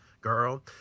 Girl